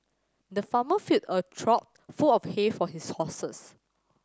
the farmer filled a trough full of hay for his horses